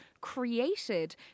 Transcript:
created